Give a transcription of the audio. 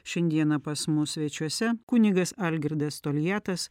šiandieną pas mus svečiuose kunigas algirdas toliatas